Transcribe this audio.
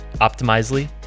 Optimizely